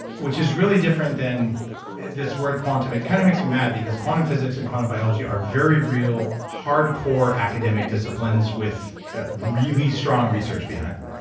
which is really different than this word quantum. it kind of makes me mad because quantum physics and quantum biology are very real, hardcore academic disciplines with really strong research behind them.